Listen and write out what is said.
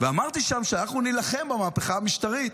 ואמרתי שם שאנחנו נילחם במהפכה המשטרית.